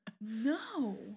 No